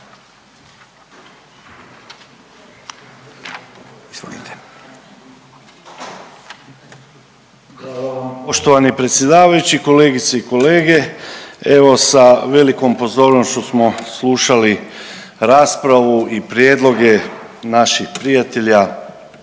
poštovani predsjedavajući, kolegice i kolege. Evo sa velikom pozornošću smo slušali raspravu i prijedloge naših prijatelja